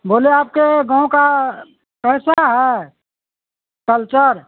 بولے آپ کے گاؤں کا کیسا ہے کلچر